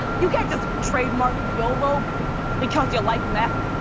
you can't just trademark yolo because you like meth.